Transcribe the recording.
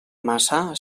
massa